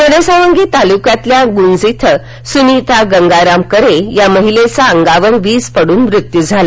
घनसावंगी तालुक्यातल्या गुंज इथ सुनीता गंगाराम करे या महिलेचा अंगावर वीज मृत्यू झाला